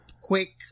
quick